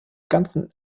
ganzen